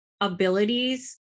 abilities